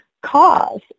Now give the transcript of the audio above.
cause